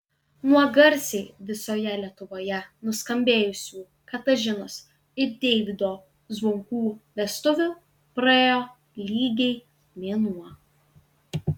nuo garsiai visoje lietuvoje nuskambėjusių katažinos ir deivydo zvonkų vestuvių praėjo lygiai mėnuo